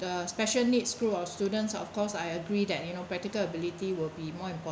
the special needs group of students of course I agree that you know practical ability will be more important